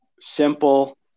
simple